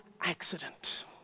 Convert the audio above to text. accident